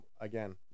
Again